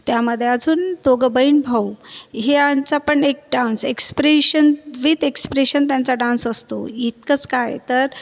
त्यामध्ये अजून दोघं बहीण भाऊ ह्यांचा पण एक डान्स एक्स्प्रेशन विथ एक्स्प्रेशन त्यांचा डान्स असतो इतकंच काय तर